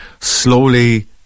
slowly